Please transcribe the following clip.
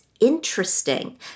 interesting